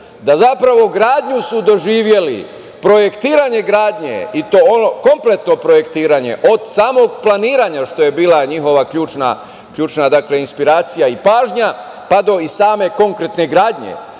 da zapravo gradnju su doživeli, projektiranje gradnje i to ono kompletno projektiranje od samog planiranja, što je bila njihova ključna inspiracija i pažnja, pa do same konkretne gradnje. Dakle,